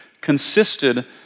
consisted